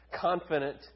confident